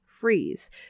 freeze